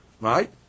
right